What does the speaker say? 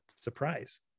surprise